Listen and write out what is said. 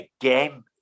again